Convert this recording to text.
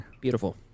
beautiful